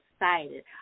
excited